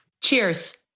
Cheers